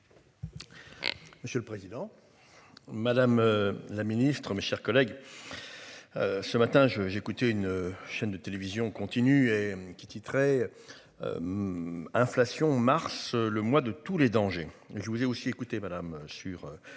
Monsieur le Président. Madame la Ministre, mes chers collègues. Ce matin, je, j'écoutais une chaîne de télévision continue et qui est titré. Inflation mars le mois de tous les dangers. Je vous ai aussi écouter madame sur une